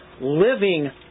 living